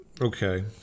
Okay